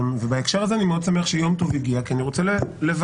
בהקשר הזה אני מאוד שמח שיום טוב הגיע כי אני רוצה לברך